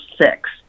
six